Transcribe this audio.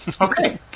Okay